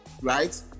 right